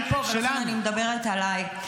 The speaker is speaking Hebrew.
אני פה, ולכן אני מדברת עליי.